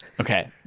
Okay